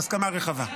בהסכמה רחבה.